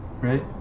right